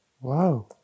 Wow